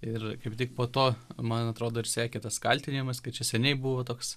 ir kaip tik po to man atrodo ir sekė tas kaltinimas kad čia seniai buvo toks